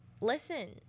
listen